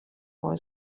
boy